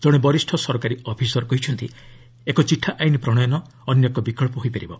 ଜଣେ ବରିଷ୍ଣ ସରକାରୀ ଅଫିସର କହିଛନ୍ତି ଏକ ଚିଠା ଆଇନ ପ୍ରଶୟନ ଅନ୍ୟ ଏକ ବିକ୍ସ ହୋଇପାରିବ